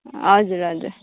हजुर हजुर